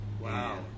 Wow